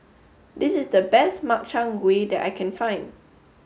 this is the best Makchang Gui that I can find